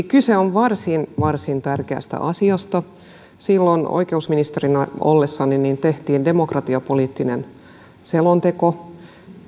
kyse on varsin varsin tärkeästä asiasta silloin oikeusministerinä ollessani tehtiin demokratiapoliittinen selonteko